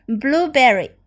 Blueberry